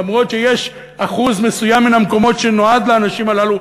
למרות שיש אחוז מסוים מן המקומות שנועד לאנשים הללו,